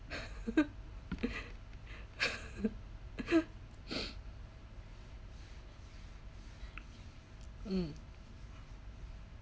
mm